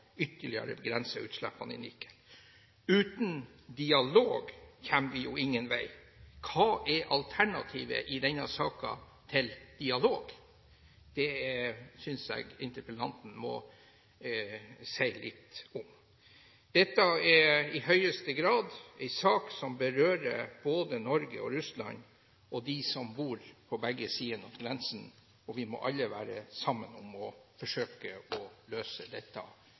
utslippene ytterligere i Nikel. Uten dialog kommer vi jo ingen vei. Hva er alternativet til dialog i denne saken? Det synes jeg interpellanten må si litt om. Dette er i høyeste grad en sak som berører både Norge og Russland og de som bor på begge sider av grensen. Vi må alle forsøke å løse dette